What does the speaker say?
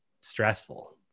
stressful